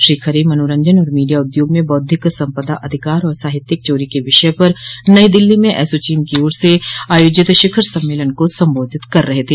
श्री खरे मनोरंजन और मीडिया उद्योग में बाद्धिक सपंदा अधिकार और साहित्यिक चोरी के विषय पर नई दिल्ली में एसोचम को ओर से आयोजित शिखर सम्मेलन को संबोधित कर रहे थे